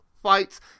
fights